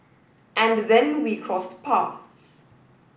and then we crossed paths